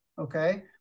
okay